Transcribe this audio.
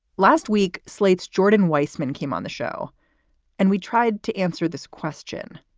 last week, slate's jordan weisman came on the show and we tried to answer this question,